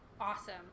awesome